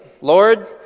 Lord